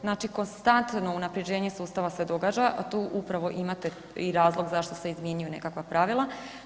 Znači konstantno unapređenje sustava se događa, tu upravo imate i razlog zašto se izmjenjuju nekakva pravila.